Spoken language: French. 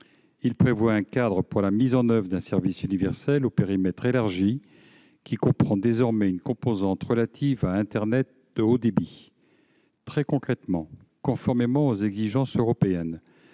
Il prévoit un cadre pour la mise en oeuvre d'un service universel au périmètre élargi, qui comprend désormais une composante relative à l'internet haut débit. Très concrètement, conformément aux exigences européennes,